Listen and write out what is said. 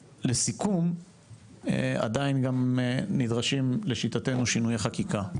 לסיכום, עדיין גם נדרשים לשיטתנו שינויי חקיקה.